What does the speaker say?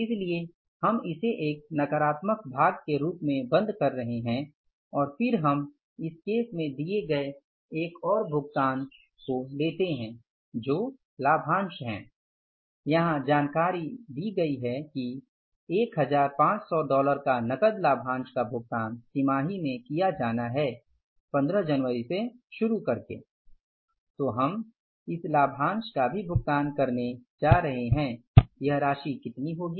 इसलिए हम इसे एक नकारात्मक भाग के रूप में बंद कर रहे हैं और फिर हम इस केस में दिए गए एक और भुगतान को लेते है जो लाभांश हैं यहां जानकारी दी गई है कि 1500 डॉलर का नकद लाभांश का भुगतान तिमाही में किया जाना है 15 जनवरी से शुरू करके तो हम इस लाभांश का भी भुगतान करने जा रहे हैं यह राशि कितनी होगी